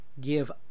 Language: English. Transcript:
give